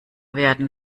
werden